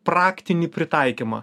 praktinį pritaikymą